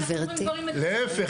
להיפך,